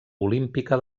olímpica